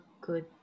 good